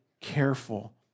careful